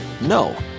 No